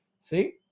See